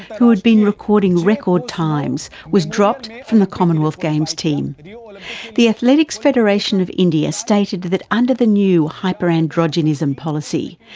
who had been recording record times, was dropped from the commonwealth games team. the athletic federation of india stated that under the new hyperandrogenism policy,